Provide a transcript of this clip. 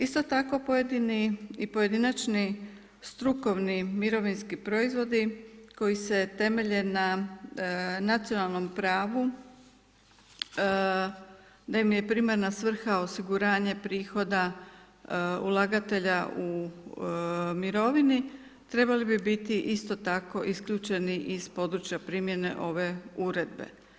Isto tako pojedini i pojedinačni strukovni mirovinski proizvodi koji se temelje na nacionalnom pravu da im je primarna svrha osiguranje prihoda ulagatelja u mirovini trebali bi biti isto tako isključeni iz područja primjene ove uredbe.